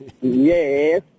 Yes